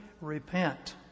repent